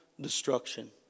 destruction